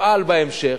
ותפעל בהמשך.